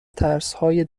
ترسهای